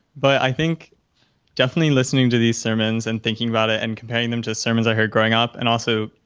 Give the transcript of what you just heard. but i think definitely listening to these sermons and thinking about it and comparing them to sermons i heard growing up and also,